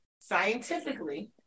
Scientifically